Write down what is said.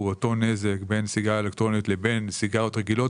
מסיגריה אלקטרונית הוא אותו נזק מסיגריה רגילה,